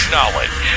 Knowledge